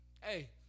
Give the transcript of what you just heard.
Hey